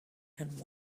and